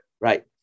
Right